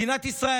מדינת ישראל,